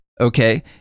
okay